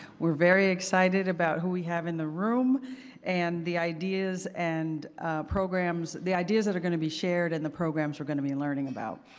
we're very excited about who we have in the room and the ideas and programs the ideas that are going to be shared and the programs we're going to be learning about.